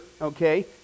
okay